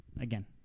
again